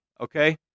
okay